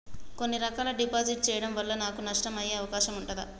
కొన్ని రకాల డిపాజిట్ చెయ్యడం వల్ల నాకు నష్టం అయ్యే అవకాశం ఉంటదా?